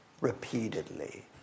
repeatedly